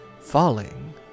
falling